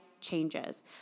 changes